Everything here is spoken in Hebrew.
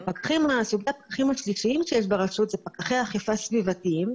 סוגי הפקחים השלישיים שיש ברשות זה פקחי אכיפה סביבתיים,